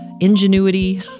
Ingenuity